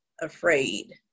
afraid